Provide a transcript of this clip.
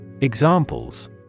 Examples